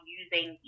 using